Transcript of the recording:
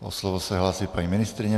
O slovo se hlásí paní ministryně.